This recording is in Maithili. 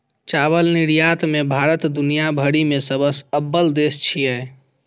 चावल निर्यात मे भारत दुनिया भरि मे सबसं अव्वल देश छियै